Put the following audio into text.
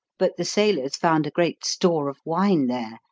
but the sailors found a great store of wine there,